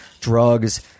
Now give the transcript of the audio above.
drugs